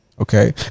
Okay